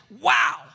Wow